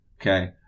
Okay